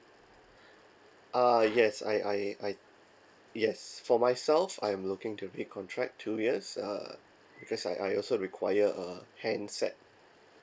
uh yes I I I yes for myself I'm looking to recontract two years uh because I I also require a handset